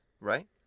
Right